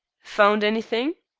found anything?